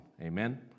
Amen